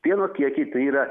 pieno kiekiai tai yra